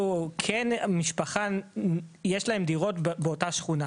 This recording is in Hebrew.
כן משפחה יש להם דירות באותה שכונה,